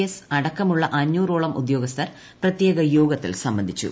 S അടക്കമുള്ള അഞ്ഞൂറോളം ഉദ്യോഗസ്ഥർ പ്രത്യേക യോഗത്തിൽ സംബന്ധിച്ചു